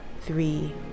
three